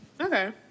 Okay